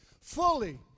FULLY